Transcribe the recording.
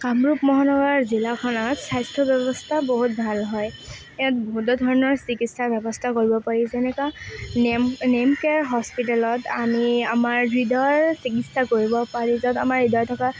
কামৰূপ মহানগৰ জিলাখনত স্বাস্থ্য ব্যৱস্থা বহুত ভাল হয় ইয়াত বহুতো ধৰণৰ চিকিৎসা ব্যৱস্থা কৰিব পাৰি যেনেকুৱা নেম নেমকেয়াৰ হস্পিতালত আমি আমাৰ হৃদয়ৰ চিকিৎসা কৰিব পাৰি য'ত আমাৰ হৃদয় থকা